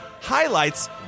highlights